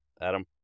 adam